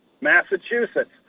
Massachusetts